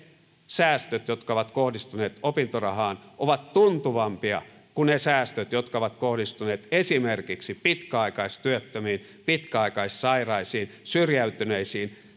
säästöt jotka ovat kohdistuneet opintorahaan ovat tuntuvampia kuin ne säästöt jotka ovat kohdistuneet esimerkiksi pitkäaikaistyöttömiin pitkäaikaissairaisiin syrjäytyneisiin